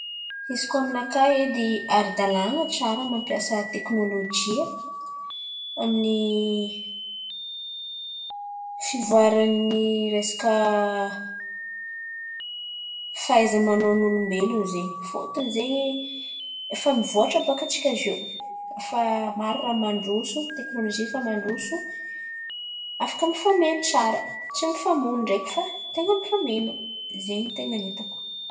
Izy kôa aminakà edy ara-dàlan̈a tsara mampiasa teknôlôjia amin'ny fivoaran̈y resaka fahaiza-manao ny olombelon̈o zen̈y. Fôtony zen̈y efa mivoatra bàka antsika izy iô, efa maro ràha mandroso, teknôlôjy efa mandroso. Afaka mifameno tsara tsy mifamono ndraiky fa ten̈a mifameno, zay ny raha hitako.